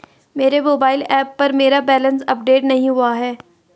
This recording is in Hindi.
मेरे मोबाइल ऐप पर मेरा बैलेंस अपडेट नहीं हुआ है